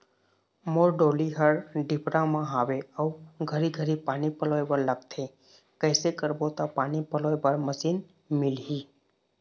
मोर डोली हर डिपरा म हावे अऊ घरी घरी पानी पलोए बर लगथे कैसे करबो त पानी पलोए बर मशीन मिलही?